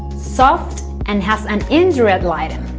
soft and has an indirect lighting